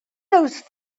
those